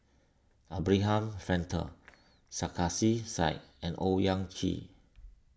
Abraham Frankel Sarkasi Said and Owyang Chi